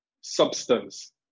substance